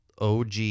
OG